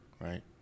right